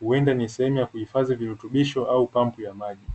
Huenda ni sehemu ya kuhifadhi virutubisho au pampu ya maji.